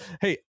hey